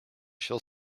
shall